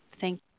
Thank